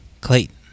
Clayton